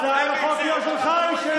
אתה הצעת, עכשיו היא הציעה.